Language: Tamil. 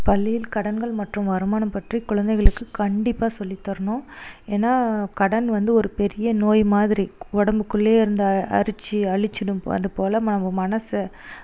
பள்ளியில் கடன்கள் மற்றும் வருமானம் பற்றி குழந்தைகளுக்கு கண்டிப்பாக சொல்லித் தரணும் ஏன்னால் கடன் வந்து ஒரு பெரிய நோய் மாதிரி உடம்புக்குள்ளேயே இருந்து அ அரிச்சு அழிச்சிடும் இப்போது அது போல இப்போ நம்ம மனதை